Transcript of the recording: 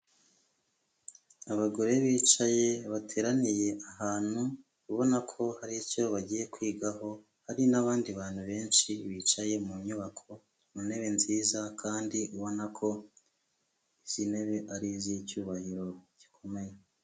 Abagore bicaye bateraniye ahantu, ubona ko hari icyo bagiye kwigaho, hari n'abandi bantu benshi bicaye mu nyubako mu ntebe nziza kandi ubona ko izi ntebe ari iz'icyubahiro gikomeye.